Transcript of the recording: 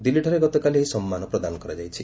ଦିଲ୍ଲୀଠାରେ ଗତକାଲି ଏହି ସମ୍ମାନ ପ୍ରଦାନ କରାଯାଇଛି